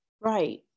Right